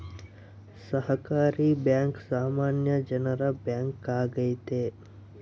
ಸಹಕಾರಿ ಬ್ಯಾಂಕ್ ಸಾಮಾನ್ಯ ಜನರ ಬ್ಯಾಂಕ್ ಆಗೈತೆ